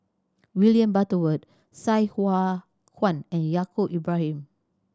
William Butterworth Sai Hua Kuan and Yaacob Ibrahim